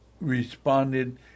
responded